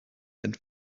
and